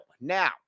now